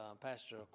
Pastor